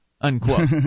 unquote